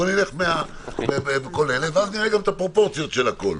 בוא נעבור על כל אלה ואז נראה את הפרופורציות של הכול.